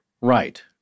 Right